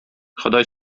ходай